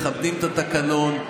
מכבדים את התקנון,